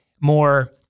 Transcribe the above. more